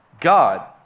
God